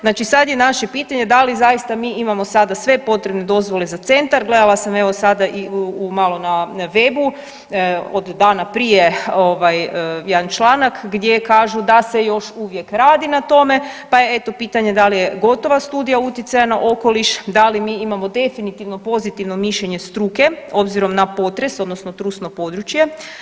Znači sad je naše pitanje da li zaista mi imamo sada sve potrebne dozvole za centra, gledala sam evo sada i u malo na webu od dana prije jedan članak gdje kažu da se još uvijek radi na tome, pa je eto pitanje da li je gotova studija utjecaja na okoliš, da li mi imamo definitivno pozitivno mišljenje struke obzirom na potres odnosno trusno područje.